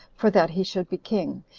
for that he should be king,